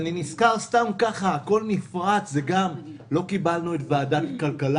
אני נזכר סתם ככה שלא קיבלנו את ועדת הכלכלה,